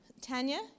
tanya